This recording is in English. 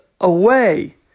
away